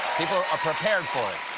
people are prepared for it,